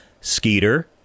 Skeeter